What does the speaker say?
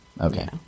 Okay